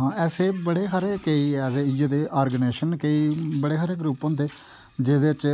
हां ऐसे बड़े सारे केईं ऐसे इ'यै जेह् आर्गनाजेशन केईं बड़े सारे ग्रुप होंदे जेह्दे च